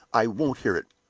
i won't hear it!